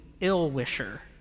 ill-wisher